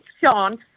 Sean